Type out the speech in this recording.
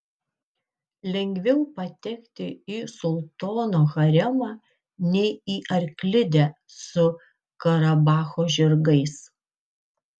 lengviau patekti į sultono haremą nei į arklidę su karabacho žirgais